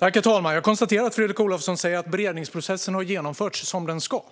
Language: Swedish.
Herr talman! Jag konstaterar att Fredrik Olovsson säger att beredningsprocessen har genomförts som den ska.